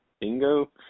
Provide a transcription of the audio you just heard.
Bingo